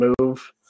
move